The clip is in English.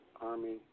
army